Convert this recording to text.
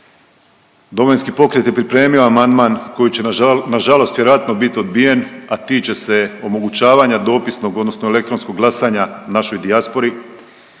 Domovinski pokret je pripremio amandman koji će nažalost, nažalost vjerojatno bit odbijen, a tiče se omogućavanja dopisnog odnosno elektronskog glasanja našoj dijaspori